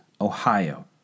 Ohio